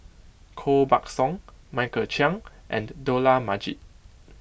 Koh Buck Song Michael Chiang and Dollah Majid